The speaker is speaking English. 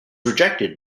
rejected